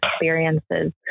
experiences